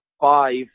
five